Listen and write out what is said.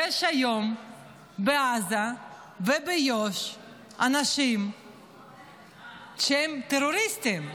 יש היום בעזה וביו"ש אנשים שהם טרוריסטים,